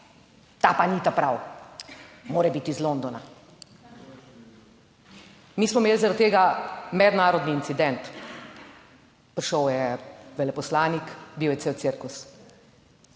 ta pa ni ta prav, mora biti iz Londona." Mi smo imeli zaradi tega mednarodni incident. Prišel je veleposlanik, bil je cel cirkus.